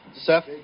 Seth